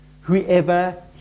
whoever